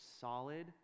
solid